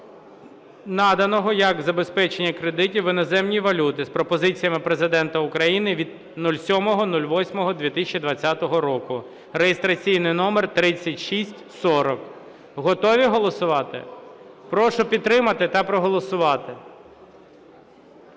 наданого як забезпечення кредитів в іноземній валюті" з пропозиціями Президента України від 07.08.2020 року (реєстраційний номер 3640). Готові голосувати? Прошу підтримати та проголосувати.